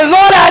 Lord